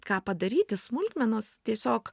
ką padaryti smulkmenos tiesiog